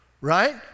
right